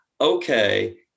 okay